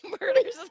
murders